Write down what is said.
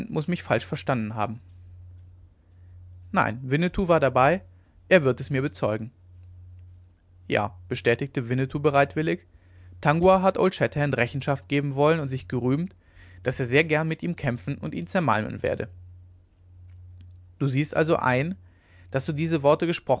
muß mich falsch verstanden haben nein winnetou war dabei er wird es mir bezeugen ja bestätigte winnetou bereitwillig tangua hat old shatterhand rechenschaft geben wollen und sich gerühmt daß er sehr gern mit ihm kämpfen und ihn zermalmen werde du siehst also ein daß du diese worte